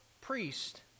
priest